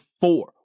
four